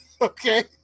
Okay